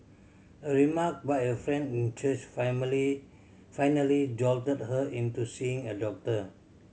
a remark by a friend in church family finally jolted her into seeing a doctor